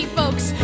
folks